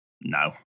No